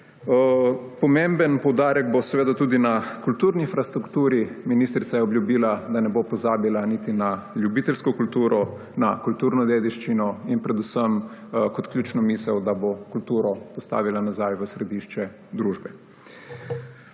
Pomemben poudarek bo tudi na kulturni infrastrukturi. Ministrica je obljubila, da ne bo pozabila niti na ljubiteljsko kulturo, na kulturno dediščino in predvsem kot ključno misel, da bo kulturo postavila nazaj v središče družbe.